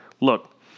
Look